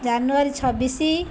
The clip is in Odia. ଜାନୁଆରୀ ଛବିଶି